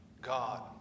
God